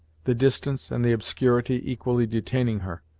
the distance and the obscurity equally detaining her,